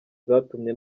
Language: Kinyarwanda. zatumye